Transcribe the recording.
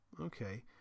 Okay